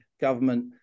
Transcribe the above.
government